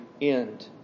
end